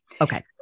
Okay